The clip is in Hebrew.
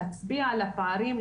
להצביע על הפערים,